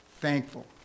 thankful